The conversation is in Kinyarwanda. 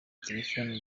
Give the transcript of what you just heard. telephone